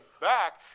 back